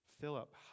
Philip